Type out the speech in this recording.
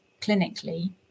clinically